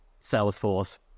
Salesforce